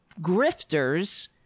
grifters